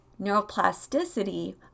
neuroplasticity